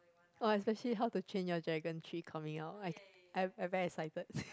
oh especially How-to-Train-Your-Dragon-three coming out I I I very excited